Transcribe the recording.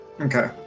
Okay